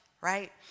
right